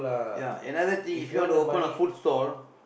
ya another thing if you want to open a food stall